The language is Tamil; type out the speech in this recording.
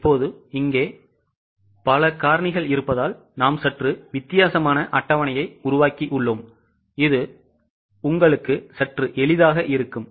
இப்போது இங்கே பல காரணிகள் இருப்பதால் நாம் சற்று வித்தியாசமான அட்டவணையை உருவாக்கியுள்ளோம் இது உங்களுக்கு சற்று எளிதாக இருக்கும்